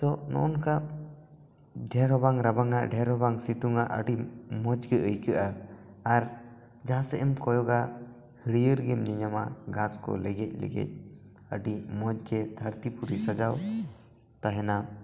ᱛᱚ ᱱᱚᱜᱼᱚᱭ ᱱᱚᱝᱠᱟ ᱰᱷᱮᱨ ᱦᱚᱸ ᱵᱟᱝ ᱨᱟᱵᱟᱝᱼᱟ ᱰᱷᱮᱨ ᱦᱚᱸ ᱵᱟᱝ ᱥᱤᱛᱩᱝᱼᱟ ᱟᱹᱰᱤ ᱢᱚᱡᱽ ᱜᱮ ᱟᱹᱭᱠᱟᱹᱜᱼᱟ ᱟᱨ ᱡᱟᱦᱟᱸ ᱥᱮᱫ ᱮᱢ ᱠᱚᱭᱚᱜᱟ ᱦᱟᱹᱨᱤᱭᱟᱹᱲ ᱜᱮᱢ ᱧᱮᱞ ᱧᱟᱢᱟ ᱜᱷᱟᱸᱥ ᱠᱚ ᱞᱮᱜᱮᱫ ᱞᱮᱜᱮᱫ ᱟᱹᱰᱤ ᱢᱚᱡᱽ ᱜᱮ ᱫᱷᱟᱹᱨᱛᱤ ᱯᱩᱨᱤ ᱥᱟᱡᱟᱣ ᱛᱟᱦᱮᱱᱟ